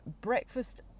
breakfast